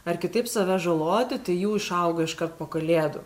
ar kitaip save žaloti tai jų išauga iškart po kalėdų